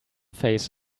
face